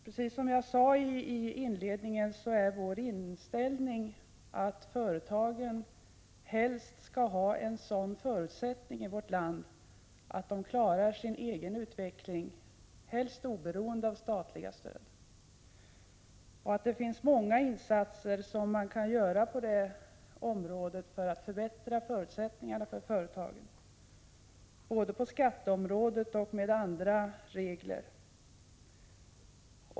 Precis som jag sade i inledningen, är vår inställning att företagen helst skall ha en sådan förutsättning i vårt land att de klarar sin egen utveckling, helst oberoende av statliga stöd, och att det finns många insatser som man kan göra för att förbättra förutsättningarna för företagen, både på skatteområdet och i fråga om andra regler.